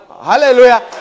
Hallelujah